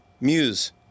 Muse